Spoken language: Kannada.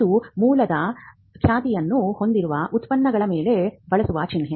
ಅದು ಮೂಲದ ಖ್ಯಾತಿಯನ್ನು ಹೊಂದಿರುವ ಉತ್ಪನ್ನಗಳ ಮೇಲೆ ಬಳಸುವ ಚಿಹ್ನೆ